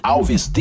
Alves